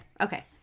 okay